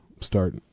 start